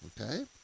Okay